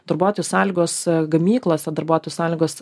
darbuotojų sąlygos gamyklose darbuotojų sąlygos